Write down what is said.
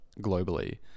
globally